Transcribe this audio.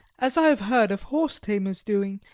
as i have heard of horse-tamers doing,